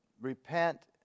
repent